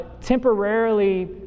temporarily